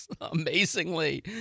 Amazingly